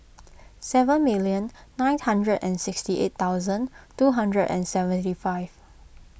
seven million nine hundred and sixty eight thousand two hundred and seventy five